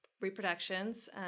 reproductions